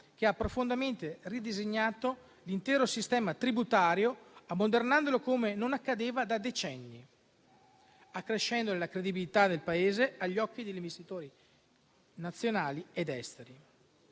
che ha profondamente ridisegnato l'intero sistema tributario, ammodernandolo come non accadeva da decenni e accrescendo la credibilità del Paese agli occhi degli investitori nazionali ed esteri.